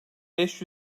beş